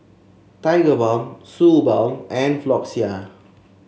Tigerbalm Suu Balm and Floxia